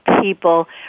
people